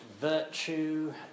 virtue